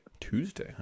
Tuesday